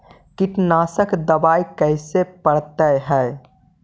कीटनाशक दबाइ कैसे पड़तै है?